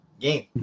game